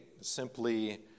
simply